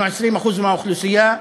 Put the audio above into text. אנחנו 20% מהאוכלוסייה,